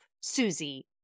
Susie